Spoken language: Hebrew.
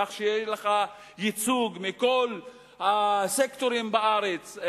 כדי שיהיה לך ייצוג מכל הסקטורים בארץ.